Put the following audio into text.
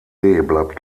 bleibt